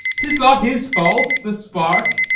tis not his fault, the spark.